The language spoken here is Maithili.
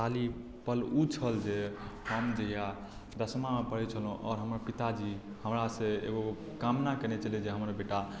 हमर सब के गौरवशाली पल ओ छल जे हम जहिया दसमामे पढै छलौहुॅं आओर हमर पिताजी हमरा सॅं एगो कामना कयने छलै जे हमर बेटा